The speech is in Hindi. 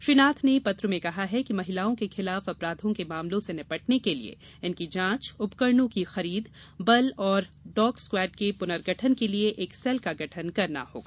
श्री नाथ ने पत्र में कहा कि महिलाओं के खिलाफ अपराघों के मामलों से निपटने के लिए इनकी जाँच उपकरणों की खरीद बल और डॉग स्क्वाड के पुनर्गठन के लिए एक सेल का गठन करना होगा